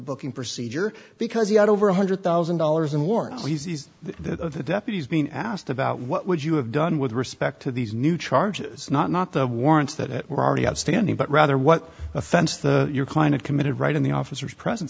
booking procedure because he had over one hundred thousand dollars in warning that of the deputies being asked about what would you have done with respect to these new charges not not the warrants that were already outstanding but rather what offense the your client committed right in the officers present